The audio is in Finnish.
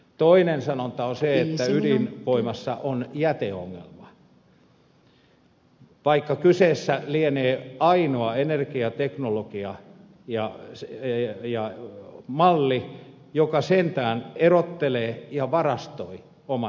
toinen sanonta on se että ydinvoimassa on jäteongelma vaikka kyseessä lienee ainoa energiateknologia ja malli joka sentään erottelee ja varastoi oman jätteensä